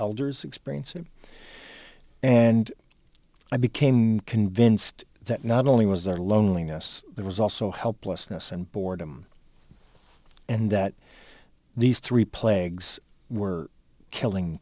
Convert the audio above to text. elders experience it and i became convinced that not only was there loneliness there was also helplessness and boredom and that these three plagues were killing